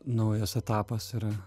naujas etapas yra